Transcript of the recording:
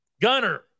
gunner